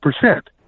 percent